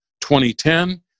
2010